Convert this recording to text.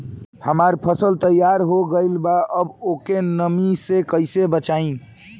हमार फसल तैयार हो गएल बा अब ओके नमी से कइसे बचाई?